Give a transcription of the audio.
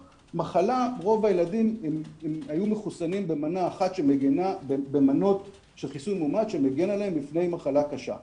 רוב הילדים היו מחוסנים במנות של חיסון מאומת שמגן עליהם מפני מחלה קשה.